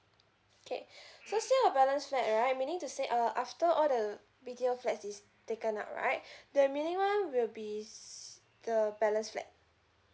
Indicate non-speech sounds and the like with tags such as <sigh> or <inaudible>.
okay <breath> so sale of balance flat right meaning to say uh after all the B_T_O flats is taken up right <breath> the minimum will be the balance flat